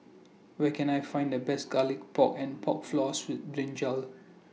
Where Can I Find The Best Garlic Pork and Pork Floss with Brinjal